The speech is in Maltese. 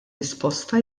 risposta